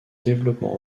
développement